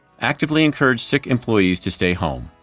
actively encourage sick employees to stay home.